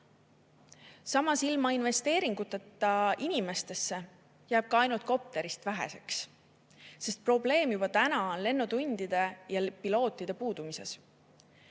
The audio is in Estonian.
Samas, ilma investeeringuteta inimestesse jääb ka ainult kopterist väheseks, sest probleem on juba lennutundide ja pilootide puudumises.